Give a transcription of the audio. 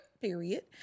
period